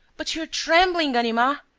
but you're trembling, ganimard.